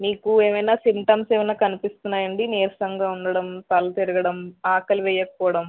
మీకు ఏమైనా సింటమ్స్ ఏమైనా కనిపిస్తున్నాయా అండి నీరసంగా ఉండడం తల తిరగడం ఆకలి వెయ్యకపోడం